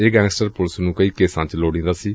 ਇਹ gangster police ਨੂੰ ਕਈ ਕੇਸਾਂ ਚ ਲੋਤੀਂਦੇ ਸਨ